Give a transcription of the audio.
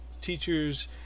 teacher's